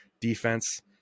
defense